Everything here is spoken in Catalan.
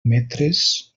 metres